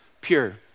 pure